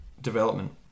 development